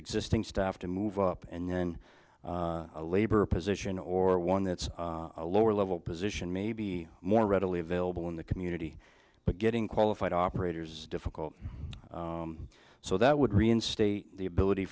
existing staff to move up and then labor position or one that's a lower level position may be more readily available in the community but getting qualified operators difficult so that would reinstate the ability